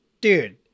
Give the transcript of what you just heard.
dude